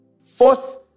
Fourth